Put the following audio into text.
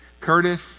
Curtis